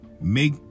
make